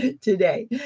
today